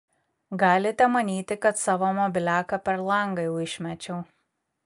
galite manyti kad savo mobiliaką per langą jau išmečiau